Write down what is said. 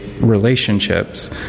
relationships